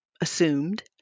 assumed